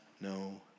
no